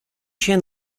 się